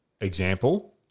example